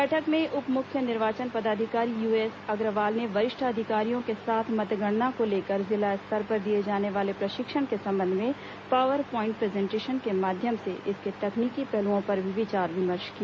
बैठक में उप मुख्य निर्वाचन पदाधिकारी यू एस अग्रवाल ने वरिष्ठ अधिकारियों के साथ मतगणना को लेकर जिला स्तर पर दिए जाने वाले प्रशिक्षण के संबंध में पावर प्वाइंट प्रेजेंटेशन के माध्यम से इसके तकनीकी पहलुओं पर भी विचार विमर्श किया